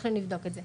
אנחנו נבדוק את זה.